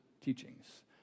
teachings